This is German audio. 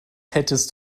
hättest